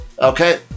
Okay